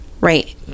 right